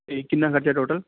ਅਤੇ ਕਿੰਨਾ ਖਰਚਾ ਟੋਟਲ